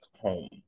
home